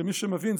למי שמבין,